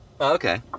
Okay